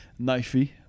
Knifey